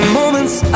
moments